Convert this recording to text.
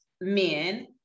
men